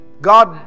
God